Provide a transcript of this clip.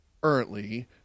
currently